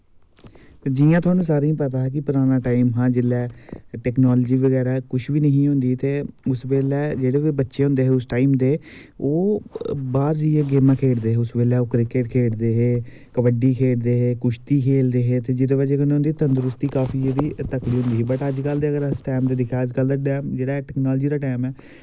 जि'यां तोआनू सारें पता ऐ कि पराना टाईम हा जेल्लै टैकनॉलजी बगैरै कुश बी नीं ही होंदी ते उस बेल्लै जेह्ड़े बी बच्चे होंदे हे उस टाईम दे ओह् बाह्र जाईयै गेमां खेढ़दे हे उस बेल्लै ओह् क्रिकेट खेढ़दे हे कब्बडी खेढ़दे हे कुश्ती खेलदे हे त् जेह्दी बज़ा कन्नै उं'दी तंदरुस्की काफी जेह्ड़ी तकड़ी ही बट अज कल दे अगर अस टैंम दिक्खै अज कल दा टैंम जेह्ड़ा ऐ टैकनॉलजी दा टैम ऐ